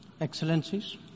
Excellencies